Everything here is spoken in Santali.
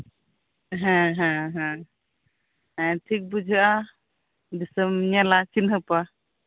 ᱦᱮᱸ ᱦᱮᱸ ᱦᱮᱸ ᱴᱷᱤᱠ ᱵᱩᱡᱷᱟᱹᱜᱼᱟ ᱫᱤᱥᱚᱢ ᱧᱮᱞᱟ ᱪᱤᱱᱦᱟᱹᱯᱼᱟ